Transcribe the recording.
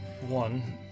one